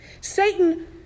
Satan